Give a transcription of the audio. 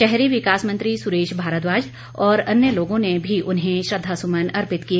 शहरी विकास मंत्री सुरेश भारद्वाज और अन्य लोगों ने भी उन्हें श्रद्वा सुमन अर्पित किए